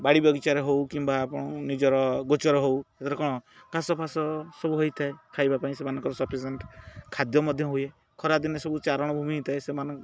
ବାଡ଼ି ବଗିଚାରେ ହେଉ କିମ୍ବା ଆପଣ ନିଜର ଗୋଚର ହେଉ ସେଥିରେ କ'ଣ ଘାସ ଫାସ ସବୁ ହେଇଥାଏ ଖାଇବା ପାଇଁ ସେମାନଙ୍କର ସଫିସିଏଣ୍ଟ ଖାଦ୍ୟ ମଧ୍ୟ ହୁଏ ଖରାଦିନେ ସବୁ ଚାରଣ ଭୂମି ହେଇଥାଏ ସେମାନେ